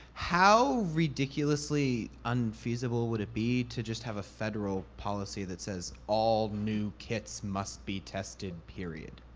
how ridiculously unfeasible would it be to just have a federal policy that says, all new kits must be tested, period.